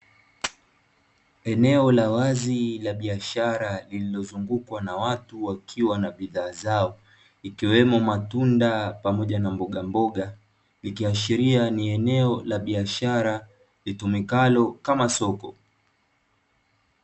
Eneo la wazi la biashara lililozungukwa na watu wakiwa na bidhaa zao, ikiwemo matunda pamoja na mbogamboga ikiashiria ni eneo la biashara litumikalo kama soko.